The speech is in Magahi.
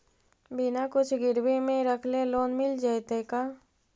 बिना कुछ गिरवी मे रखले लोन मिल जैतै का?